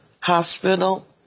hospital